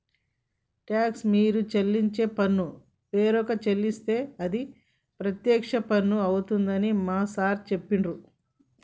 talks మీరు చెల్లించే పన్ను వేరొక చెల్లిస్తే అది ప్రత్యక్ష పన్ను అవుతుందని మా సారు చెప్పిండు